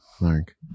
Mark